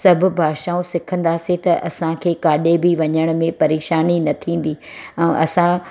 सभु भाषाऊं सिखंदासीं त असांखे किथे बि वञण में परेशानी न थींदी ऐं असां